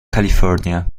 california